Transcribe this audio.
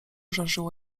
żarzyło